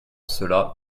cela